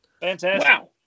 Fantastic